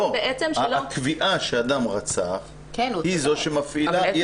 הקביעה שאדם רצח היא זו שמפעילה,